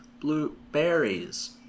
blueberries